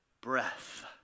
Breath